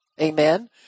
Amen